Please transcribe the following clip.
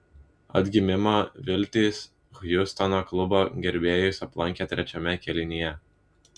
atgimimo viltys hjustono klubo gerbėjus aplankė trečiame kėlinyje